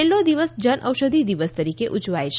છેલ્લો દિવસ જનઔષધિ દિવસ તરીકે ઉજવાય છે